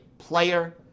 player